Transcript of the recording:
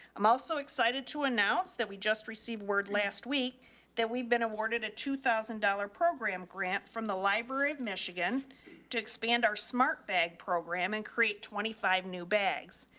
i'm also excited to announce that we just received word last week that we've been awarded a two thousand dollars program grant from the library of michigan to expand our smart bag program and create twenty five new bags.